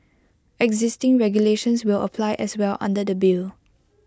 existing regulations will apply as well under the bill